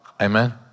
Amen